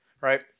right